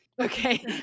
Okay